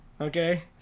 okay